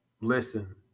listen